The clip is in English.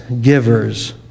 givers